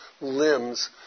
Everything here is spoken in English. limbs